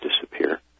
disappear